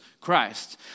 Christ